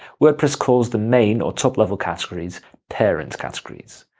wordpress calls the main, or top-level categories parent categories.